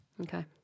Okay